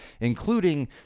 including